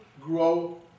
grow